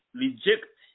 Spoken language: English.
reject